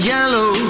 Yellow